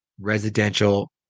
residential